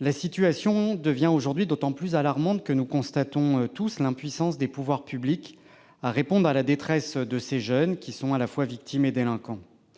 La situation devient aujourd'hui d'autant plus alarmante que nous constatons tous l'impuissance des pouvoirs publics à répondre à la détresse de ces jeunes, qui sont à la fois victimes et délinquants.